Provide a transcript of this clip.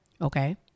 Okay